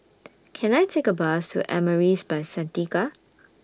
Can I Take A Bus to Amaris By Santika